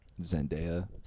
Zendaya